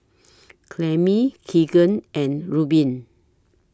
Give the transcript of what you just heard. Clemie Keegan and Rubin